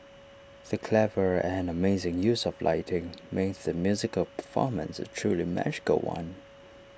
the clever and amazing use of lighting made the musical performance A truly magical one